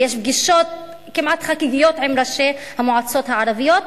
ויש טקסים ויש פגישות כמעט חגיגיות עם ראשי המועצות הערביות,